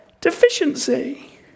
deficiency